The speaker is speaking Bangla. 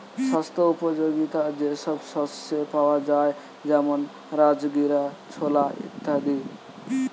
স্বাস্থ্য উপযোগিতা যে সব শস্যে পাওয়া যায় যেমন রাজগীরা, ছোলা ইত্যাদি